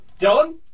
John